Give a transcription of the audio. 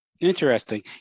Interesting